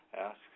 ask